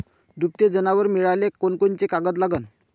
दुभते जनावरं मिळाले कोनकोनचे कागद लागन?